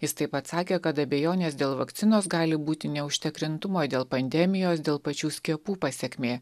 jis taip pat sakė kad abejonės dėl vakcinos gali būti neužtikrintumo dėl pandemijos dėl pačių skiepų pasekmė